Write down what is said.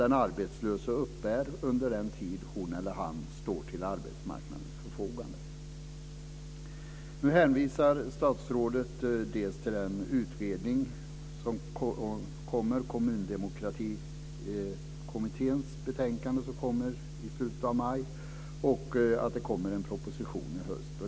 Den arbetslöse uppbär den här ersättningen under den tid då hon eller han står till arbetsmarknadens förfogande. Nu hänvisar statsrådet till Kommundemokratikommitténs betänkande som kommer i slutet av maj och till att det kommer en proposition i höst.